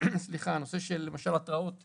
הנושא של התראות למשל,